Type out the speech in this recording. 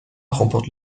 remporte